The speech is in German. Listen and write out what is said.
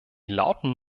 lauten